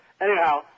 Anyhow